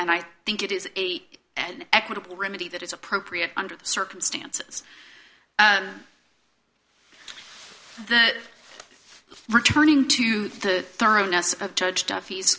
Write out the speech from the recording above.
and i think it is an equitable remedy that is appropriate under the circumstances the returning to the thoroughness of judge duffy's